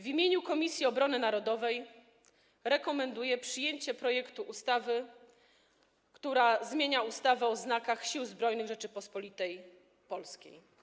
W imieniu Komisji Obrony Narodowej rekomenduję przyjęcie projektu ustawy, która zmienia ustawę o znakach Sił Zbrojnych Rzeczypospolitej Polskiej.